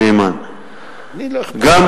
שאמרת שבהחלט,